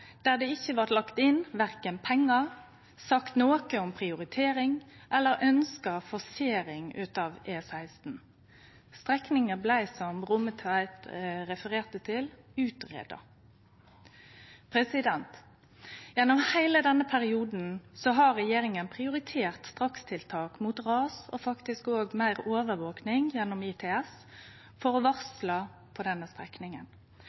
der det verken blei lagt inn pengar, sagt noko om prioritering eller ønskt forsering av E16. Strekninga blei, som Rommetveit refererte til, utgreidd. Gjennom heile denne perioden har regjeringa prioritert strakstiltak mot ras og faktisk òg meir overvaking gjennom ITS for å varsle på denne